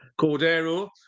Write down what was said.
Cordero